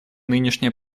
нынешнее